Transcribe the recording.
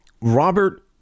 Robert